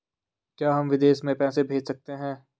क्या हम विदेश में पैसे भेज सकते हैं?